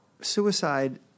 suicide